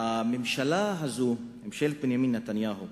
הממשלה הזאת, ממשלת בנימין נתניהו,